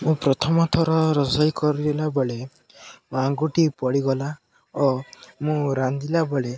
ମୁଁ ପ୍ରଥମ ଥର ରୋଷେଇ କରିଲା ବେଳେ ମୋ ଆଙ୍ଗୁଠି ପୋଡ଼ିଗଲା ଓ ମୁଁ ରାନ୍ଧିଲା ବେଳେ